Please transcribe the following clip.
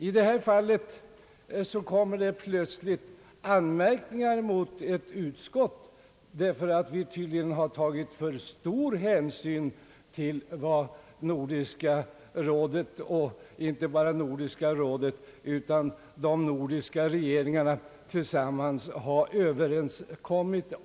I detta fall kommer det plötsligt anmärkningar mot ett utskott för att vi tydligen har tagit för stor hänsyn till vad Nordiska rådet och även de nordiska regeringarna tillsammans har överenskommit.